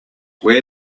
where